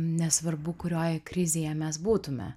nesvarbu kurioj krizėje mes būtumėme